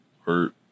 hurt